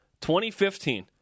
2015